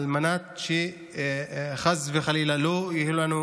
על מנת שחס וחלילה לא יהיו לנו